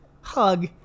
hug